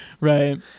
right